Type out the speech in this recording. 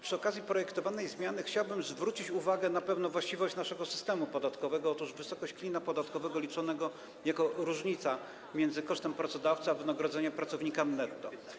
Przy okazji projektowanej zmiany chciałbym zwrócić uwagę na pewną właściwość naszego systemu podatkowego, tj. na wysokość klina podatkowego liczonego jako różnica między kosztem pracodawcy a wynagrodzeniem pracownika netto.